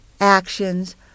actions